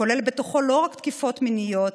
שכולל בתוכו לא רק תקיפות מיניות